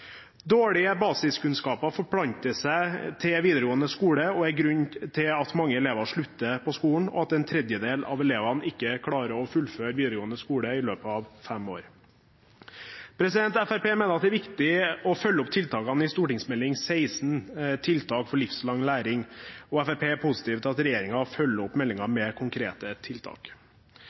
Dårlige basiskunnskaper forplanter seg til videregående skole og er grunnen til at mange elever slutter på skolen, og at en tredjedel av elevene ikke klarer å fullføre videregående skole i løpet av fem år. Fremskrittspartiet mener det er viktig å følge opp tiltakene i St.meld. nr. 16 for 2006–2007 om tidlig innsats for livslang læring, og Fremskrittspartiet er positive til at regjeringen følger opp meldingen med konkrete tiltak.